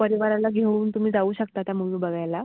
परिवाराला घेऊन तुम्ही जाऊ शकता त्या मुवी बघायला